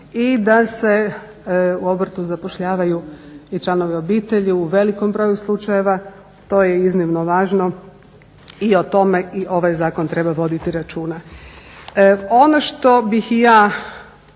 i da se u obrtu zapošljavaju i članovi obitelji u velikom broju slučajeva. To je iznimno važno i o tome ovaj zakon treba voditi računa.